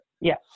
yes